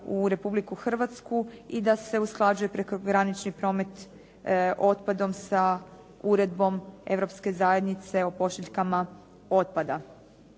u Republiku Hrvatsku i da se usklađuje prekogranični promet otpadom sa uredbom Europske zajednice o pošiljkama otpada.